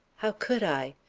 how could i?